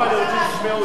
אני רוצה שישמעו.